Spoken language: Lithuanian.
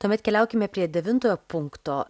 tuomet keliaukime prie devintojo punkto